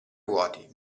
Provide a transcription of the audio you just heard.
vuoti